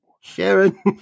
Sharon